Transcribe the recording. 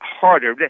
Harder